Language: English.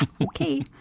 okay